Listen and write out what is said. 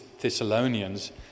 Thessalonians